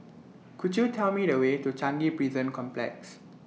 Could YOU Tell Me The Way to Changi Prison Complex